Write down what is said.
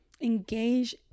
engage